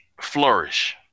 flourish